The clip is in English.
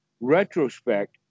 retrospect